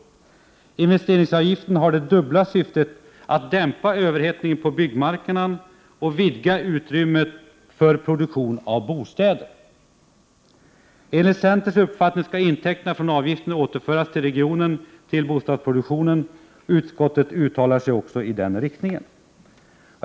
Investeringsavgiften har det dubbla syftet att dämpa överhettningen på byggmarknaden och att vidga utrymmet för produktion av bostäder. Enligt centerns uppfattning skall intäkterna från avgiften återföras till regionen och till bostadsproduktionen. Utskottet uttalar sig också i den riktningen.